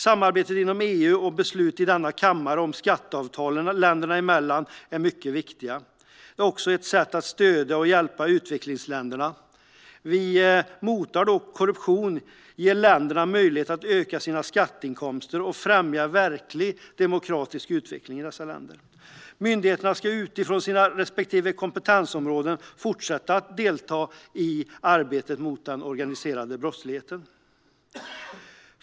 Samarbetet inom EU och beslut i denna kammare om skatteavtal länder emellan är mycket viktiga. Det är också ett sätt att stödja och hjälpa utvecklingsländer. Vi motar korruption, ger länderna möjlighet att öka sina skatteinkomster och främjar verklig demokratisk utveckling. Myndigheterna ska utifrån sina respektive kompetensområden fortsätta att delta i arbetet mot den organiserade brottsligheten. Herr talman!